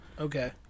Okay